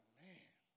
man